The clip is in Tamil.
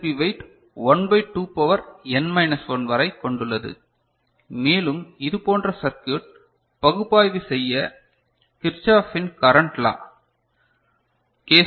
B weight 1 by 2 power n minus 1 வரை கொண்டுள்ளது மேலும் இதுபோன்ற சர்க்யூட் பகுப்பாய்வு செய்ய கிர்ச்சோஃப்பின் கரண்ட் லா கே